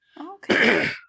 Okay